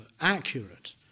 accurate